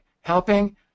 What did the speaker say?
helping